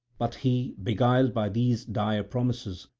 but he, beguiled by these dire promises,